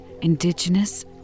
Indigenous